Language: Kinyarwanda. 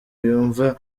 yumva